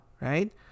right